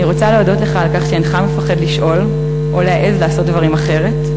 אני רוצה להודות לך על כך שאינך מפחד לשאול או להעז לעשות דברים אחרת,